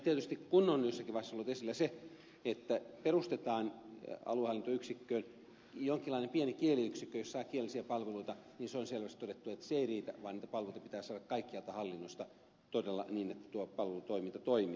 tietysti kun on jossakin vaiheessa ollut esillä se että perustetaan aluehallintoyksikköön jonkinlainen pieni kieliyksikkö jossa saa kielellisiä palveluita on selvästi todettu että se ei riitä vaan niitä palveluita pitää saada kaikkialta hallinnosta todella niin että tuo palvelutoiminta toimii